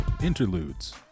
Interludes